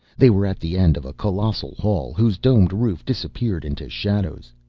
they were at the end of a colossal hall whose domed roof disappeared into shadows.